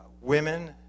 women